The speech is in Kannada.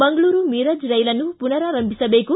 ಮಂಗಳೂರು ಮೀರಜ್ ರೈಲನ್ನು ಪುನರಾರಂಭಿಸ ಬೇಕು